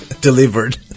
Delivered